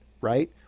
right